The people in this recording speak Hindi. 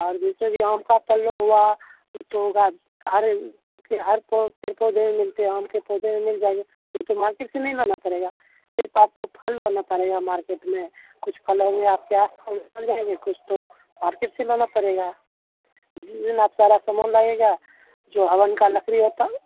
आर जैसे ये आम का पल्लव हुआ जैसे हुआ हर पौ पर पौधे मिलते हें आम के पौधे भी मिल जाएंगे वो तो मार्केट से नही लाना पड़ेगा जैसे आपको फल लाना पड़ेगा मार्केट में कुछ फल हो गया आपका कुछ तो मार्केट से लाना पड़ेगा जिस दिन आप सारा समान लाइएगा जो हवन का लकड़ी होता